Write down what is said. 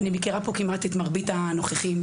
אני מכירה פה כמעט את מרבית הנוכחים,